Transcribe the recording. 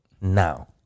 Now